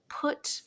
Put